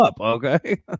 okay